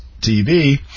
TV